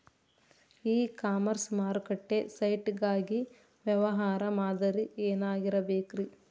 E commerce ಮಾರುಕಟ್ಟೆ site ಗಾಗಿ ವ್ಯವಹಾರ ಮಾದರಿ ಏನಾಗಿರಬೇಕ್ರಿ?